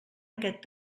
aquest